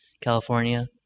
California